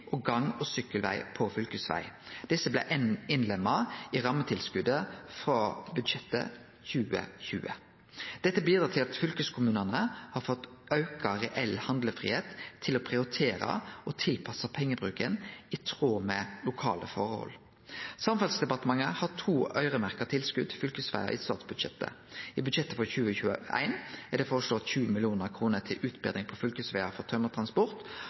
og gang- og sykkelveg på fylkesveg. Desse blei innlemma i rammetilskotet frå budsjettet 2020. Det bidreg til at fylkeskommunane har fått auka reell handlefridom til å prioritere og tilpasse pengebruken i tråd med lokale forhold. Samferdselsdepartementet har to øyremerkte tilskot til fylkesvegar i statsbudsjettet. I budsjettet for 2021 er det føreslått 20 mill. kr til utbetring på fylkesvegar for tømmertransport